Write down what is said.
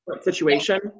situation